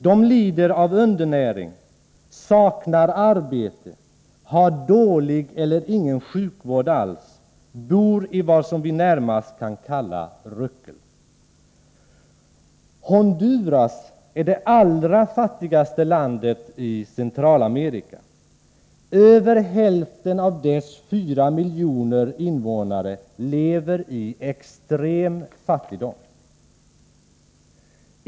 De lider av undernäring, saknar arbete, har dålig eller ingen sjukvård alls, bor i vad som vi närmast kan kalla ruckel. Honduras är det allra fattigaste landet i Centralamerika. Över hälften av dess fyra miljoner invånare lever i extrem fattigdom.